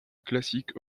classique